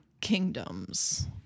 kingdoms